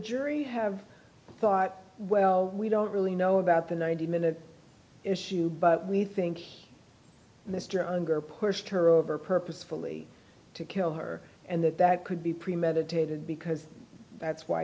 jury have thought well we don't really know about the ninety minute issue but we think mr unger pushed her over purposefully to kill her and that that could be premeditated because that's why